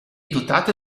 dotata